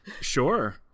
Sure